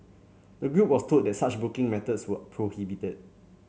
the group was told that such booking methods were prohibited